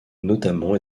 notamment